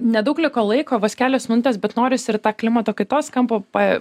nedaug liko laiko vos kelios minutės bet norisi ir tą klimato kaitos kampą pa